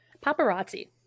paparazzi